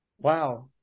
Wow